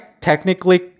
technically